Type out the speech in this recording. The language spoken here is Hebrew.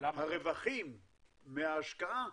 הרווחים מההשקעה,